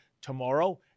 tomorrow